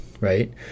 right